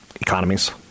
economies